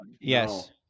Yes